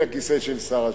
לכיסא של שר השיכון.